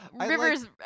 Rivers